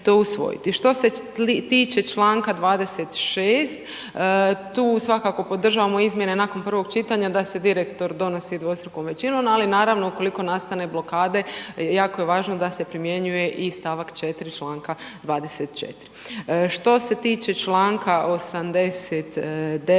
Što se tiče čl. 26, tu svakako podržavamo izmjene nakon prvog čitanja da se direktor donosi dvostrukom većinom, ali naravno, ukoliko nastane blokade, jako je važno da se primjenjuje i st. 4. čl. 24. Što se tiče čl. 89.